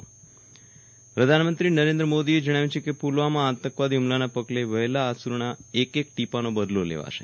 વિરલ રાણા પ્રધાનમંત્રી પ્રદ્યાનમંત્રી નરેન્દ્ર મોદીએ જણાવ્યું છે કે પુલવામાં આતંકવાદી હુમલાના પગલે વહેલા અશ્ર્ના એક એક ટીપાનો બદલો લેવાશે